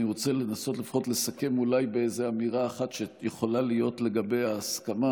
אני רוצה לנסות לפחות לסכם אולי באיזו אמירה שיכולה להיות לגביה הסכמה: